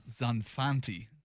Zanfanti